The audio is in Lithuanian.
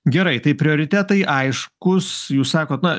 gerai tai prioritetai aiškūs jūs sakot na